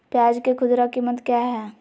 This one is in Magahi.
प्याज के खुदरा कीमत क्या है?